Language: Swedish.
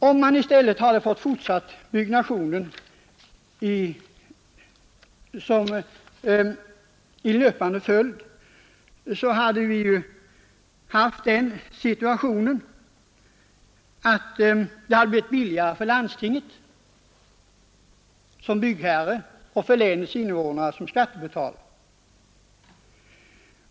Om vi i stället fått fortsätta byggnationen i löpande följd hade det blivit billigare för landstinget som byggherre och för länets invånare som skattebetalare.